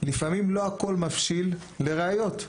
לפעמים לא הכל מבשיל לראיות.